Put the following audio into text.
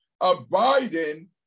abiding